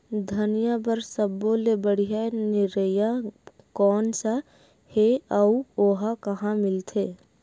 धनिया बर सब्बो ले बढ़िया निरैया कोन सा हे आऊ ओहा कहां मिलथे?